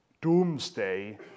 doomsday